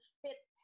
fit